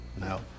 No